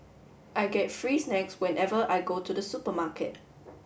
I get free snacks whenever I go to the supermarket